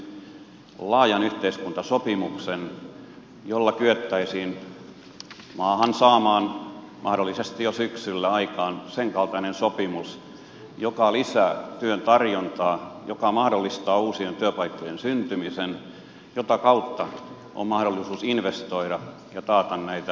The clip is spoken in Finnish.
me tarvitsisimme nyt laajan yhteiskuntasopimuksen jolla kyettäisiin maahan saamaan mahdollisesti jo syksyllä aikaan senkaltainen sopimus joka lisää työn tarjontaa joka mahdollistaa uusien työpaikkojen syntymisen jota kautta on mahdollisuus investoida ja taata näitä työmahdollisuuksia